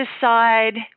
decide